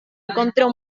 encontró